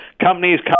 companies